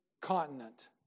continent